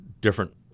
different